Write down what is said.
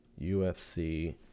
UFC